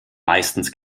meistens